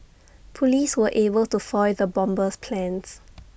Police were able to foil the bomber's plans